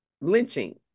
lynching